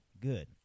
good